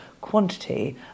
quantity